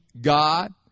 God